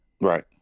Right